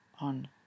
on